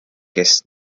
kes